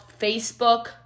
Facebook